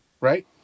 Right